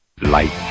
Light